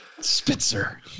Spitzer